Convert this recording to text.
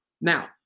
Now